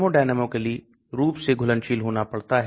माप मायने रखता है आकार मायने रखता है